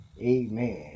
Amen